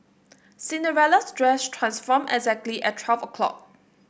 Cinderella's dress transformed exactly at twelve o'clock